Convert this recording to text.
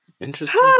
Interesting